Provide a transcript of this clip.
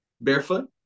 barefoot